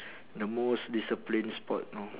the most discipline sport know